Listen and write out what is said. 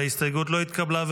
ההסתייגות לא התקבלה.